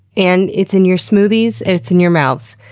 and it's in your smoothies, and it's in your mouths.